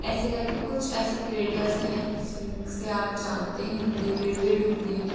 ऐसे करके कुछ ऐसे क्रिएटर्स हैं जिनसे आप जानते ही होंगे रेटेड होंगे